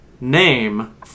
Name